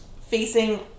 facing